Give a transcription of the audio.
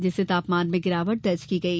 जिससे तापमान में गिरावट दर्ज की गई